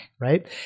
right